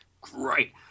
Great